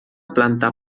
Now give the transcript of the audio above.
planta